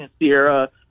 Sierra